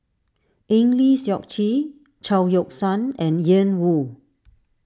Eng Lee Seok Chee Chao Yoke San and Ian Woo